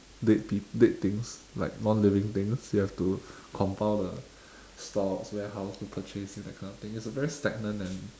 dead peop~ dead things like non living things you have to compile the stocks warehouse to purchase you know that kind of thing it's a very stagnant and